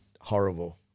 horrible